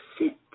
sit